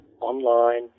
online